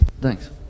Thanks